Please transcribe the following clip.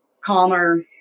calmer